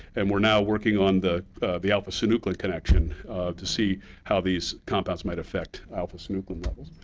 and we're now working on the the alpha-synuclein connection to see how these compounds might affect alpha-synuclein levels.